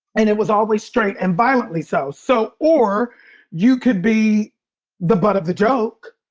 and it was always straight and violently so so. or you could be the butt of the joke.